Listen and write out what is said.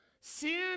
Sin